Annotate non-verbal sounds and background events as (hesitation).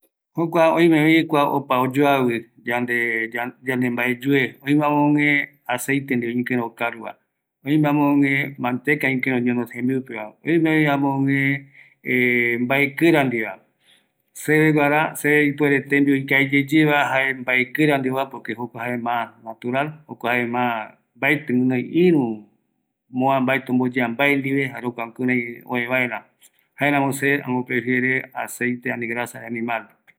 ﻿jokua oimevi kua opa oyoavi, yande ya yande mbaeyue, oime amöguë aceite ndie ikirei okaruva oime amöguë manteka ikirei oñono jembiupeva, oimevi amöguë (hesitation) mbae kira ndieva seve guara, se ipuere tembiu ikavi yeyeva jae mbaekira ndieva, porque jokua jae ma natural jokua jae ma mbaeti guinoi irü moa mbaeti omboyea mbae ndive jare jokua jukurai oëvaera jaeramo se amboprefiere aceite ani grasa de animal